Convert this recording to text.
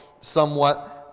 somewhat